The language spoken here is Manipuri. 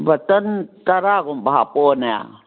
ꯕꯠꯇꯟ ꯇꯔꯥꯒꯨꯝꯕ ꯍꯥꯄꯛꯑꯣꯅꯦ